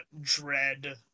dread